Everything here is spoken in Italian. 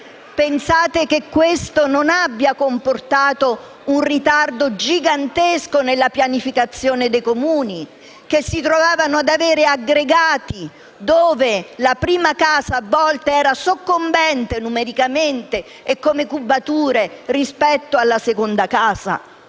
Pensate che questo non abbia comportato un ritardo gigantesco nella pianificazione dei Comuni, che si sono trovati ad avere aggregati in cui la prima casa a volte era soccombente, numericamente e come cubature, rispetto alla seconda casa?